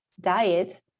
diet